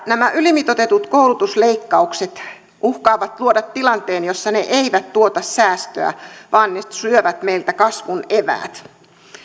nämä ylimitoitetut koulutusleikkaukset uhkaavat luoda tilanteen jossa ne eivät tuota säästöä vaan ne syövät meiltä kasvun eväät